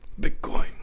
Bitcoin